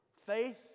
faith